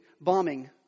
bombing